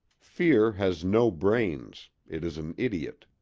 fear has no brains it is an idiot.